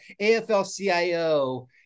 AFL-CIO